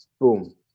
Boom